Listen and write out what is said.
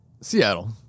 Seattle